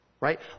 Right